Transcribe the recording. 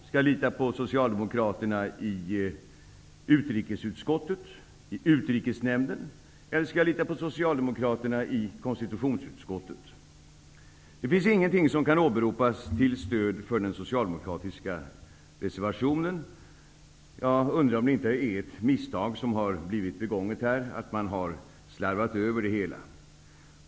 Skall jag lita på socialdemokraterna i utrikesutskottet, på socialdemokraterna i Utrikesnämnden eller på socialdemokraterna i konstitutionsutskottet? Det finns ingenting som kan åberopas till stöd för den socialdemokratiska reservationen. Jag undrar om inte ett misstag har blivit begånget här, att man har slarvat över det hela.